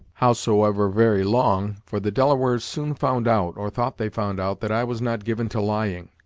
howsoever, very long for the delawares soon found out, or thought they found out, that i was not given to lying,